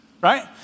right